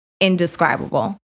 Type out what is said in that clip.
indescribable